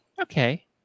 Okay